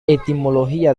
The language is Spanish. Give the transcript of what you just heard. etimología